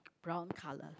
brown colour